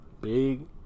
big